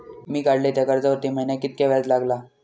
मी काडलय त्या कर्जावरती महिन्याक कीतक्या व्याज लागला?